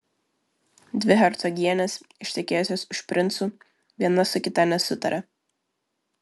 dvi hercogienės ištekėjusios už princų viena su kita nesutaria